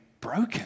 broken